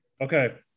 Okay